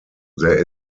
there